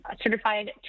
certified